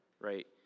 right